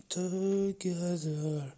together